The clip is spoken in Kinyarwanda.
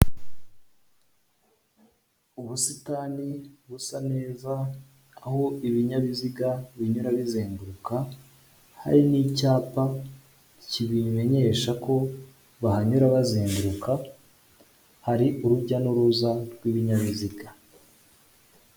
Ubusitani busa neza aho ibinyabiziga binyura bizenguruka hari n'icyapa kibimenyesha ko bahanyura bazenguruka, hari urujya n'uruza rw'ibinyabiziga.